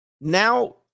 now